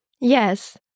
Yes